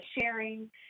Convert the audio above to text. sharing